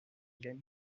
gagner